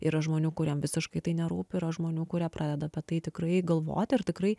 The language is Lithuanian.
yra žmonių kuriem visiškai tai nerūpi yra žmonių kurie pradeda apie tai tikrai galvot ir tikrai